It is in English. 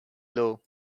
low